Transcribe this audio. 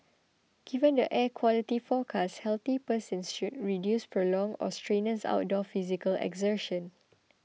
given the air quality forecast healthy persons should reduce prolonged or strenuous outdoor physical exertion